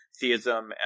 theism